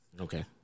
Okay